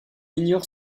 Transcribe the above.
ignore